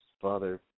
Father